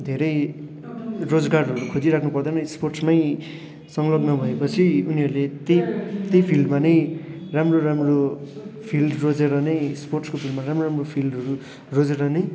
धेरै रोजगारहरू खोजिराख्नु पर्दैन स्पोर्ट्समै संलग्न भएपछि उनीहरूले त्यही त्यही फिल्डमा नै राम्रो राम्रो फिल्ड रोजेर नै स्पोर्ट्सको फिल्डमा राम्रो राम्रो फिल्डहरू रोजेर नै